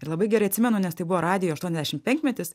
ir labai gerai atsimenu nes tai buvo radijo aštuoniasdešim penkmetis